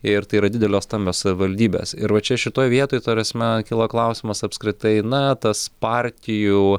ir tai yra didelios stambios savivaldybės ir va čia šitoj vietoj ta prasme kyla klausimas apskritai na tas partijų